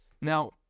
Now